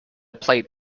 plate